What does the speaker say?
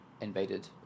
invaded